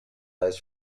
dyes